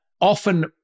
often